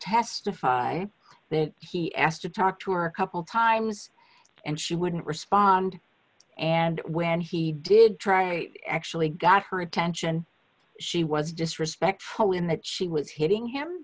testify that he asked to talk to our couple times and she wouldn't respond and when he did try actually got her attention she was disrespectful in that she was hitting him